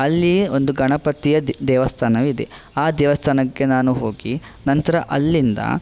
ಅಲ್ಲಿ ಒಂದು ಗಣಪತಿಯ ದೇವಸ್ಥಾನವಿದೆ ಆ ದೇವಸ್ಥಾನಕ್ಕೆ ನಾನು ಹೋಗಿ ನಂತರ ಅಲ್ಲಿಂದ